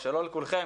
או שלא לכולכם,